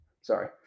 Sorry